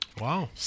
Wow